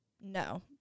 No